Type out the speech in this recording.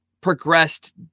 progressed